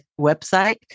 website